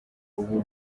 ubu